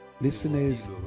Listeners